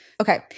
Okay